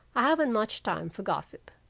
i haven't much time for gossip.